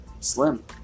slim